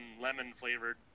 lemon-flavored